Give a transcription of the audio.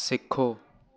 सिखो